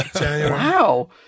Wow